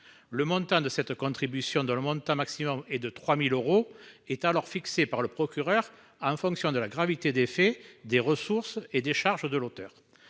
Le montant de cette contribution dans le monde un maximum est de 3000 euros est alors fixée par le procureur en fonction de la gravité des faits, des ressources et des charges de l'auteur.